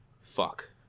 fuck